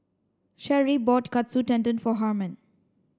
Sherree bought Katsu Tendon for Harmon